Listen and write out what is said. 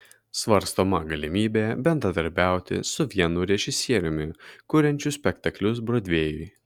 svarstoma galimybė bendradarbiauti su vienu režisieriumi kuriančiu spektaklius brodvėjui